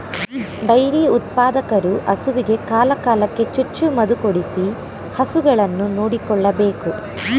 dairy ಉತ್ಪಾದಕರು ಹಸುವಿಗೆ ಕಾಲ ಕಾಲಕ್ಕೆ ಚುಚ್ಚು ಮದುಕೊಡಿಸಿ ಹಸುಗಳನ್ನು ನೋಡಿಕೊಳ್ಳಬೇಕು